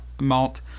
malt